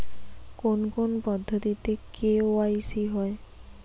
কোন কোন পদ্ধতিতে কে.ওয়াই.সি হয়?